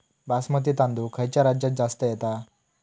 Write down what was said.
बासमती तांदूळ खयच्या राज्यात जास्त येता?